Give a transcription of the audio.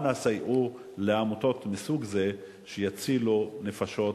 אנא סייעו לעמותות מסוג זה שיצילו נפשות